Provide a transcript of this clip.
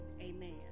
amen